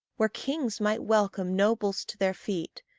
where kings might welcome nobles to their feet.